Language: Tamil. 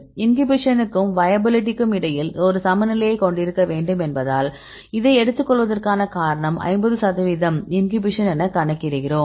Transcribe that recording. இன்ஹிபிஷனுக்கும் வயபிலிட்டிக்கும் இடையில் ஒரு சமநிலையைக் கொண்டிருக்க வேண்டும் என்பதால் இதை எடுத்துக்கொள்வதற்கான காரணம் 50 சதவீதம் இன்ஹிபிஷன் என கணக்கிடுகிறோம்